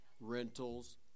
rentals